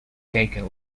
taken